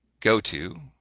go to